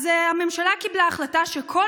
אז הממשלה קיבלה החלטה באופן גורף שכל